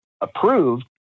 approved